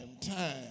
time